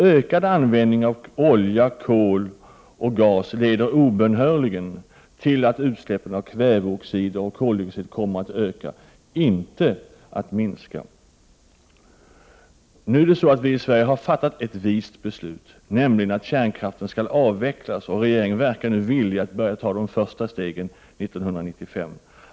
Ökad användning av olja, kol och gas leder obönhörligen till att utsläppen av kväveoxider och koldioxid ökar — inte minskar. Vi i Sverige har fattat ett vist beslut, nämligen att kärnkraften skall avvecklas, och regeringen verkar nu villig att börja ta de första stegen 1995.